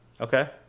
Okay